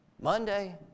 Monday